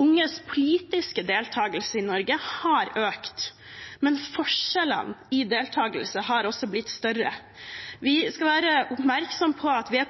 Unges politiske deltakelse i Norge har økt, men forskjellene i deltakelse har også blitt større. Vi skal være oppmerksomme på at vi